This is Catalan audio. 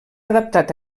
adaptat